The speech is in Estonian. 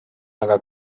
aga